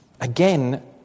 again